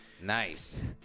Nice